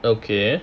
okay